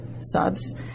subs